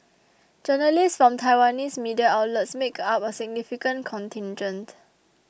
journalists from Taiwanese media outlets make up a significant contingent